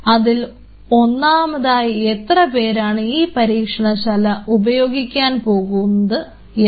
അതിൽ ഒന്നാമതായി എത്രപേരാണ് ഈ പരീക്ഷണശാല ഉപയോഗിക്കുക എന്ന്